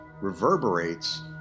reverberates